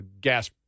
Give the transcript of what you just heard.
gas